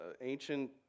ancient